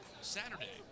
Saturday